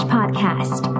Podcast